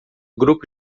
grupo